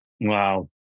Wow